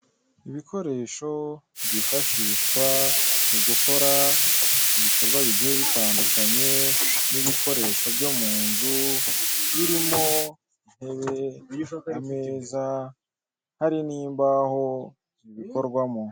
Ibikoresho byifashishwa mu gukora ibikorwa bigiye bitandukanye n'ibikoresho byo mu nzu birimo intebe ameza hari n'imbaho bikorwamo.